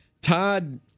Todd